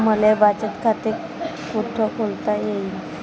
मले बचत खाते कुठ खोलता येईन?